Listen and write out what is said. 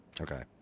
Okay